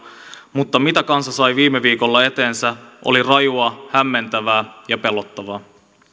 mutta se mitä kansa sai viime viikolla eteensä oli rajua hämmentävää ja pelottavaa